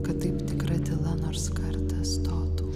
kad taip tikra tyla nors kartą stotų